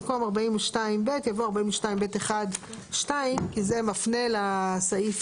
במקום "42(ב) יבוא "42(ב1)(2)"; זה מפנה לסעיף